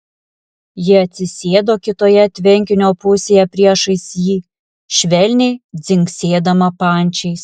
ji atsisėdo kitoje tvenkinio pusėje priešais jį švelniai dzingsėdama pančiais